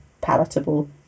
palatable